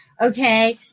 okay